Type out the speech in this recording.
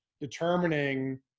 Determining